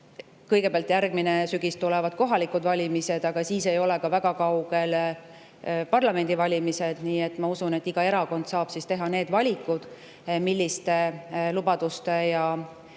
Kõigepealt järgmine sügis tulevad kohalikud valimised, aga siis ei ole ka väga kaugel parlamendivalimised. Ma usun, et iga erakond saab teha need valikud, et milliste lubaduste ja